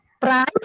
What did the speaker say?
price